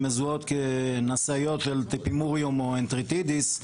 מזוהות כנשאיות של טיפימוריום או אנטריטידיס,